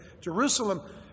Jerusalem